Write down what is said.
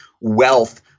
wealth